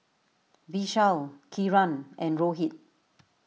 Vishal Kiran and Rohit